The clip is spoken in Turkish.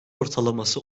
ortalaması